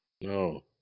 No